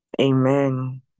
amen